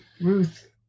ruth